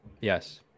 Yes